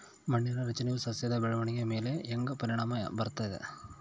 ಮಣ್ಣಿನ ರಚನೆಯು ಸಸ್ಯದ ಬೆಳವಣಿಗೆಯ ಮೇಲೆ ಹೆಂಗ ಪರಿಣಾಮ ಬೇರ್ತದ?